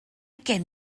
gen